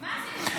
מה עשיתם פה?